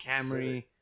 Camry